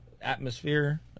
atmosphere